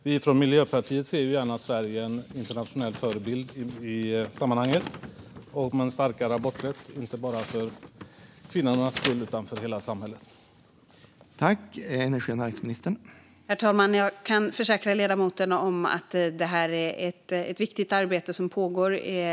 Vi från Miljöpartiet ser gärna att Sverige är en internationell förebild i sammanhanget och med en starkare aborträtt inte bara för kvinnornas skull utan för hela samhällets skull.